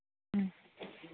ꯎꯝ